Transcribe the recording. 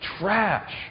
trash